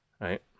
right